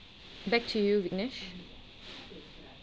back to you viknesh